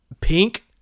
pink